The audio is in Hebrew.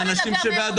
אני מצטער, חברת הכנסת